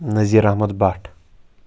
Nazir Ahmad Bhat